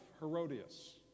Herodias